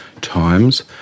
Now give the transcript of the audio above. times